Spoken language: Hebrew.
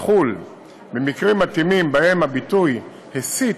שתחול במקרים מתאימים שבהם הביטוי "הסית",